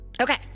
Okay